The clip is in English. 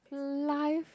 life